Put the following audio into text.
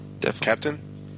Captain